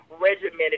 regimented